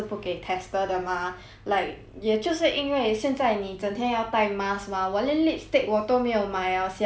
like 也就是因为现在你整天要带 mask mah 我连 lipstick 我都没有买 liao sia 以前我每次 like